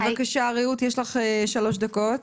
בבקשה רעות, יש לך שלוש דקות.